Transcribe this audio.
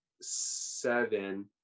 seven